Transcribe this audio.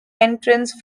entrance